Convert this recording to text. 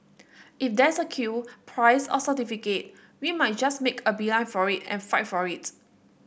if there's a queue prize or certificate we might just make a beeline for it and fight for it